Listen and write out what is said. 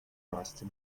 crusty